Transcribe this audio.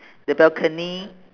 the balcony